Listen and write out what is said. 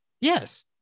Yes